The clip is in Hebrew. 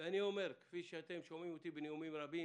ואני אומר, כפי שאתם שומעים אותי בנאומים רבים